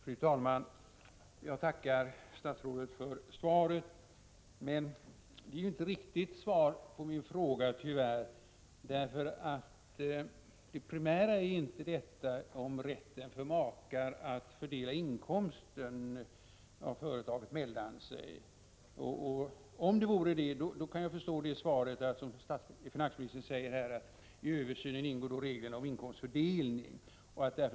Fru talman! Jag tackar statsrådet för svaret, men det är tyvärr inget riktigt svar på min fråga. 55 Det primära är inte rätten för makar att mellan sig fördela inkomsten av företaget. Om det vore så, kunde jag förstå att finansministern i svaret säger: ”I översynen ingår också reglerna om inkomstfördelning.